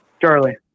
Charlie